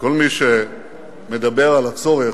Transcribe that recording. וכל מי שמדבר על הצורך,